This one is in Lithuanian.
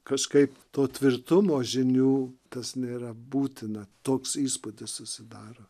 kažkaip to tvirtumo žinių tas nėra būtina toks įspūdis susidaro